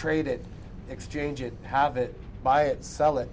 trade it exchange it have it buy it sell it